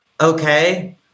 okay